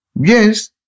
Yes